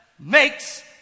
makes